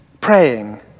praying